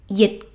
dịch